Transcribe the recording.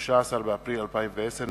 13 באפריל 2010,